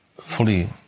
fully